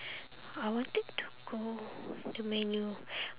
I wanted to go the menu